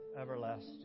everlasting